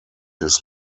his